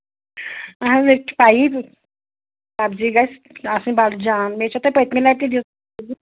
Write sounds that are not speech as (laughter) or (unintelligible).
اَہن حظ مےٚ تہِ چھِ پَیی سَبزی گژھِ آسنۍ بَڑٕ جان مےٚ چھو تۄہہِ پٔتۍمہِ لَٹہِ تہِ (unintelligible)